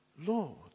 Lord